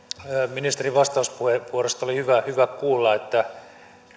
ministerin vastauspuheenvuorosta oli hyvä kuulla että